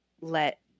let